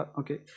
okay